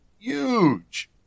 huge